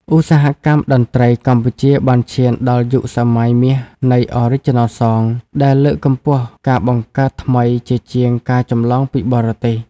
ឧស្សាហកម្មតន្ត្រីកម្ពុជាបានឈានដល់យុគសម័យមាសនៃ "Original Song" ដែលលើកកម្ពស់ការបង្កើតថ្មីជាជាងការចម្លងពីបរទេស។